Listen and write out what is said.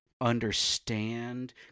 understand